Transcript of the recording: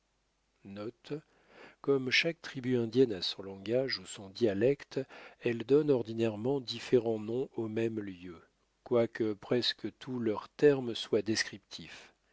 chaque tribu indienne a son langage ou son dialecte elles donnent ordinairement différents noms aux mêmes lieux quoique presque tous leurs termes soient descriptifs